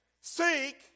Seek